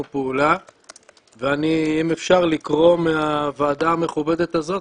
פעולה ואם אפשר לקרוא מהוועדה המכובדת הזאת,